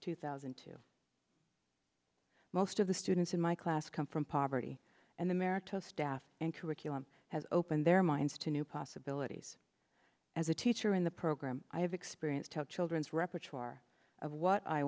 two thousand and two most of the students in my class come from poverty and the merit of staff and curriculum has opened their minds to new possibilities as a teacher in the program i have experience to help children's repertoire of what i